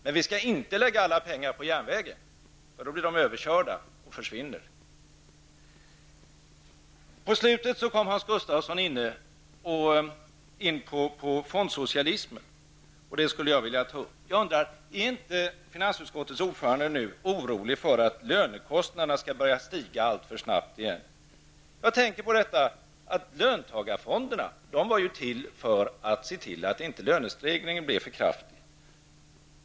Men vi skall inte lägga alla pengar på järnvägen -- då blir de överkörda och försvinner. I slutet av sitt anförande kom Hans Gustafsson in på fondsocialismen, och den frågan vill jag ta upp. Är inte finansutskottets ordförande orolig för att lönekostnaderna på nytt skall börja stiga alltför snabbt? Löntagarfonderna var ju till för att se till att lönestegringen inte blev för kraftig.